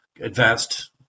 advanced